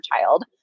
child